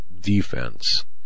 defense